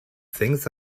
things